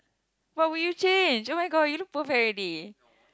what would you change oh-my-god you look perfect already